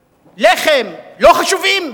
לחם, לא חשובים?